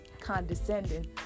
condescending